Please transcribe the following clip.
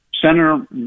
Senator